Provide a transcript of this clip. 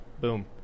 Boom